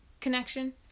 connection